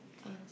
thanks